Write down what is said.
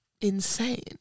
insane